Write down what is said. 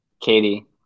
katie